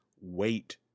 wait